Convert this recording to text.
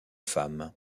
femme